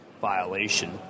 violation